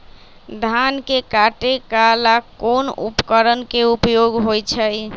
धान के काटे का ला कोंन उपकरण के उपयोग होइ छइ?